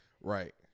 Right